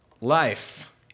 life